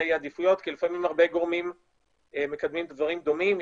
עדיפויות כי לפעמים הרבה גורמים מקדמים דברים דומים,